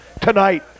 tonight